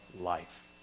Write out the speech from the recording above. life